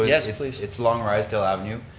yes, please. it's along rysdale avenue,